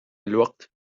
الوقت